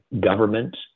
government